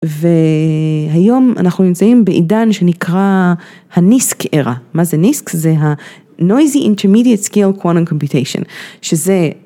והיום אנחנו נמצאים בעידן שנקרא הNISQ ERA, מה זה NISQ? זה ה- Noisy intermediate-scale quantume computation שזה...